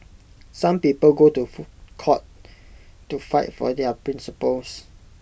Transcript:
some people go to court to fight for their principles